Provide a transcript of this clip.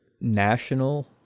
national